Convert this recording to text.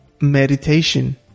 meditation